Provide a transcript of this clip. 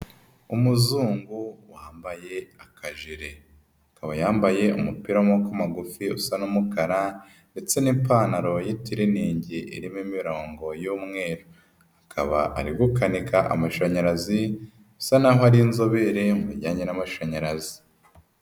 Umuzungu wambaye akajire, akaba yambaye umupira w'amaboko magufi usa n'umukara ndetse n'ipantaro y'itiriningi irimo imirongo y'umweru, akaba ari gukanika amashanyarazi usa naho ari inzobere mu bijyanye n'amashanyarazi.